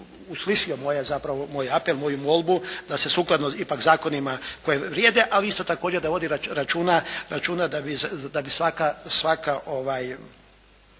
zapravo moj apel, moju molbu da se sukladno ipak zakonima koji vrijede, ali isto također da vodi računa da bi svaka